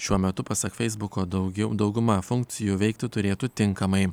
šiuo metu pasak feisbuko daugiau dauguma funkcijų veikti turėtų tinkamai